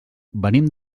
venim